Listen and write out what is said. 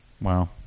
Wow